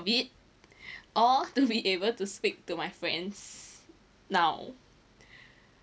of it or to be able to speak to my friends now